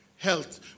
health